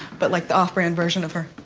but like the off-brand version of her.